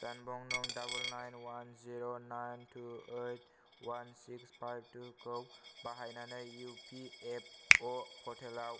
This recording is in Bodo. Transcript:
जानबुं नं double nine one zero nine two eight one six five two खौ बाहायनानै इउपिएफअ पर्टेलाव